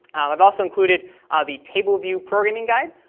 i've also included the table view programming guide.